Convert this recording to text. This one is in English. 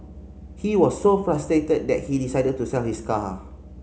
he was so frustrated that he decided to sell his car